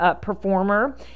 performer